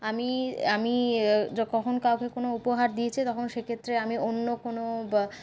আমি আমি য কখনও কাউকে কোন উপহার দিয়েছি তখন সেক্ষেত্রে আমি অন্য কোন বা